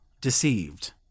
deceived